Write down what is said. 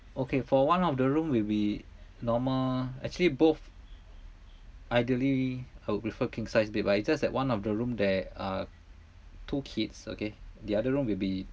okay for one of the room will be normal actually both ideally I would prefer king sized bed but it's just like one of the room there are two kids okay the other room will be